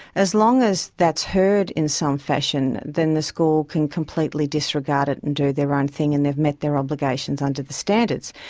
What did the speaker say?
as long as that's heard in some fashion then the school can completely disregard it and do their own thing and they've met their obligations under the standards.